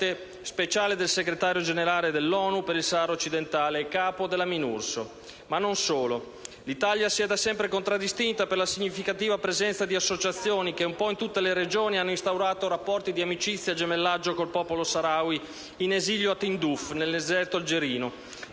speciale del Segretario Generale dell'ONU per il Sahara Occidentale e capo della Minurso. Non solo: l'Italia si è da sempre contraddistinta per la significativa presenza di associazioni che un po' in tutte le Regioni hanno instaurato rapporti di amicizia e gemellaggio col popolo Saharawi in esilio a Tindouf nel deserto algerino;